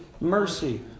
mercy